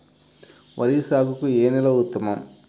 వరి సాగుకు ఏ నేల ఉత్తమం?